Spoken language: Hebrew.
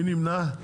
מי נמנע?